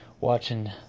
watching